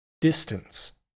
distance